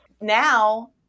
now